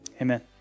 Amen